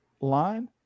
line